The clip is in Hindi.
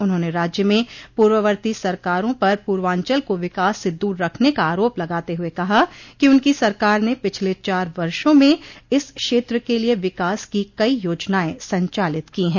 उन्होंने राज्य में पूर्ववर्ती सरकारों पर पूर्वांचल को विकास से दूर रखने का आरोप लगाते हुए कहा कि उनकी सरकार ने पिछले चार वर्षों में इस क्षेत्र के लिए विकास की कई योजनाएं संचालित की हैं